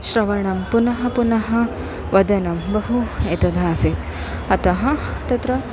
श्रवणं पुनः पुनः वदनं बहु एतदासीत् अतः तत्र